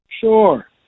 Sure